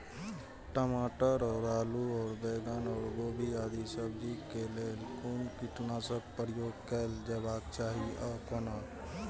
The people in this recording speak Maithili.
टमाटर और आलू और बैंगन और गोभी आदि सब्जी केय लेल कुन कीटनाशक प्रयोग कैल जेबाक चाहि आ कोना?